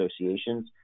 associations